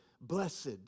blessed